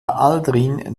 aldrin